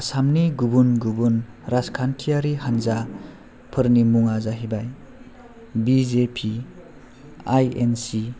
आसामनि गुबुन गुबुन राजखान्थि हानजाफोरनि मुङा जाहैबाय B J P I N C